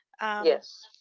yes